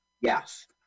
yes